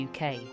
UK